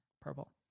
Purple